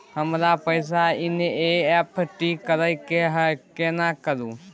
हमरा पैसा एन.ई.एफ.टी करे के है केना करू?